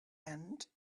end